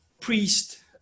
priest